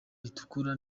ritukura